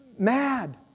mad